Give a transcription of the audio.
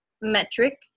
metric